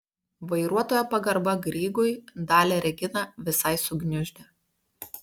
vairuotojo pagarba grygui dalią reginą visai sugniuždė